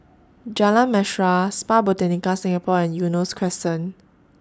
Jalan Mesra Spa Botanica Singapore and Eunos Crescent